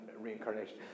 reincarnation